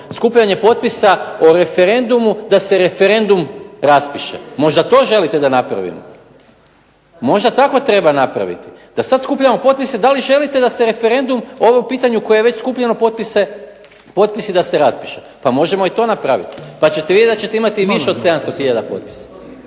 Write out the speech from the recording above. skupljanje potpisa o referendumu da se referendum raspiše, možda to želite da napravimo. Možda to treba napraviti, da sada skupljamo potpise da li želite da se referendum o ovom pitanju koje je već skupljeno potpisi, da se raspiše, pa možemo i to napraviti, pa ćete vidjeti da ćete imati i više od 717 tisuća potpisa.